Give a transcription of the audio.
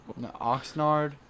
Oxnard